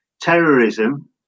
terrorism